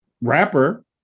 rapper